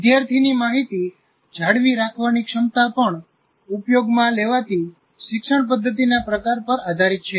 વિદ્યાર્થીની માહિતી જાળવી રાખવાની ક્ષમતા પણ ઉપયોગમાં લેવાતી શિક્ષણ પદ્ધતિના પ્રકાર પર આધારિત છે